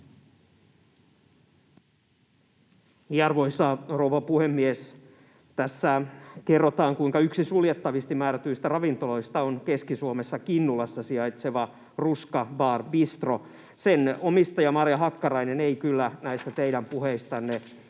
Arvoisa rouva puhemies! Tässä kerrotaan, kuinka yksi suljettaviksi määrätyistä ravintoloista on Keski-Suomessa Kinnulassa sijaitseva Ruska Bar & Bistro. Sen omistaja Marja Hakkarainen ei kyllä näistä teidän puheistanne,